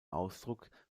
ausdruck